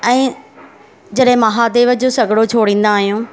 ऐं जॾहिं महादेव जो सॻड़ो छोणींदा आहियूं